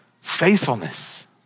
faithfulness